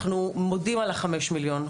אנחנו מודים על החמש מיליון,